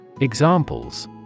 Examples